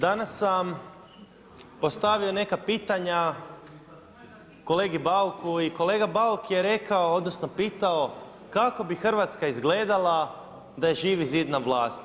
Danas sam postavio neka pitanja kolegi Bauku i kolega Bauk je rekao odnosno pitao kako bi Hrvatska izgledala da je Živi zid na vlasti?